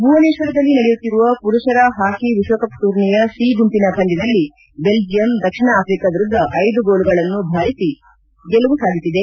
ಭುವನೇತ್ವರದಲ್ಲಿ ನಡೆಯುತ್ತಿರುವ ಪುರುಷರ ಹಾಕಿ ವಿಶ್ವಕಪ್ ಟೂರ್ನಿಯ ಸಿ ಗುಂಪಿನ ಪಂದ್ಯದಲ್ಲಿ ಬೆಲ್ಲಿಯಂ ದಕ್ಷಿಣ ಆಫ್ರಿಕ ವಿರುದ್ದ ಐದು ಗೋಲುಗಳನ್ನು ಭಾರಿಸಿ ಗೆಲವು ಸಾಧಿಸಿದೆ